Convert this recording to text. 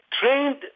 trained